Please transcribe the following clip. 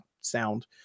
sound